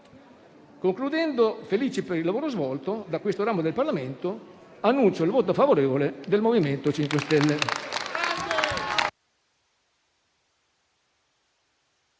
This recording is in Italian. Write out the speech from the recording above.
Concludendo, felici per il lavoro svolto da questo ramo del Parlamento, annuncio il voto favorevole del MoVimento 5 Stelle.